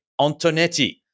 Antonetti